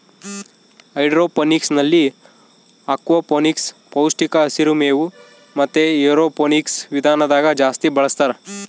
ಹೈಡ್ರೋಫೋನಿಕ್ಸ್ನಲ್ಲಿ ಅಕ್ವಾಫೋನಿಕ್ಸ್, ಪೌಷ್ಟಿಕ ಹಸಿರು ಮೇವು ಮತೆ ಏರೋಫೋನಿಕ್ಸ್ ವಿಧಾನದಾಗ ಜಾಸ್ತಿ ಬಳಸ್ತಾರ